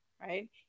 right